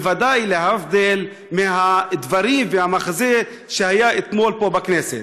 בוודאי להבדיל מהדברים והמחזה שהיה אתמול פה בכנסת.